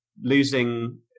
losing